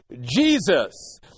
Jesus